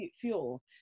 fuel